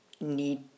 need